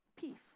peace